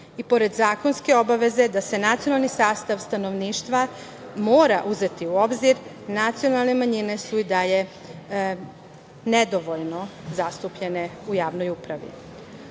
i pored zakonske obaveze da se nacionalni sastav stanovništva mora uzeti u obzir, nacionalne manjine su i dalje nedovoljno zastupljene u javnoj upravi.U